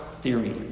theory